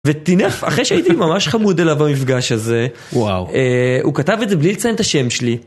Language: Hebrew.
וטינף אחרי שהייתי ממש חמוד אליו במפגש הזה, הוא כתב את זה בלי לציין את השם שלי..